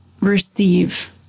receive